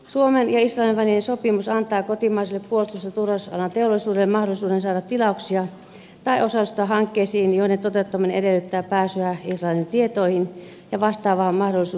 suomen ja israelin välinen sopimus antaa kotimaiselle puolustus ja turvallisuusalan teollisuudelle mahdollisuuden saada tilauksia tai osallistua hankkeisiin joiden toteuttaminen edellyttää pääsyä israelin tietoihin ja vastaava mahdollisuus syntyy israelilaisille